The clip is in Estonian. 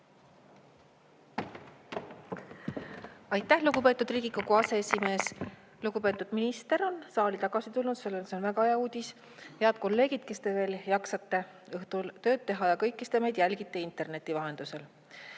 Aitäh, lugupeetud Riigikogu aseesimees! Lugupeetud minister on saali tagasi tulnud ja see on väga hea uudis. Head kolleegid, kes te veel jaksate õhtul tööd teha, ja kõik, kes te meid jälgite interneti vahendusel!